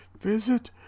visit